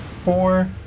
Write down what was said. four